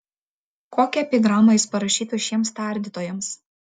kokią epigramą jis parašytų šiems tardytojams